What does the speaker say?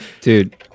dude